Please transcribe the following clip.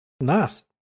Nice